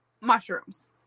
mushrooms